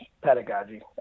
pedagogy